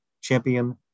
champion